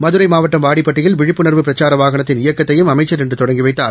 மதுரை மாவட்டம் வாடிப்பட்டியில் விழிப்புணாவு பிரச்சார வாகனத்தின் இயக்கத்தையும் அமைச்சா் இன்று தொடங்கி வைத்தார்